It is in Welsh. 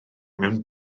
mewn